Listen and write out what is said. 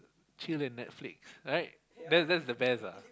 chill and Netflix right that's that's the best ah